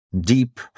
deep